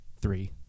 Three